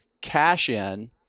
cash-in